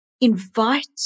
invite